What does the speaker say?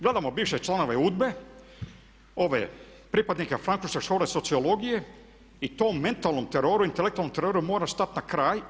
Gledamo bivše planove UDBA-e, ove pripadnike francuske škole sociologije i tom mentalnom teroru, intelektualnom teroru moraš stat na kraj.